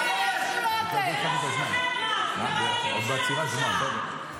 זה לא רק שלכם, גם הילדים שלנו שם.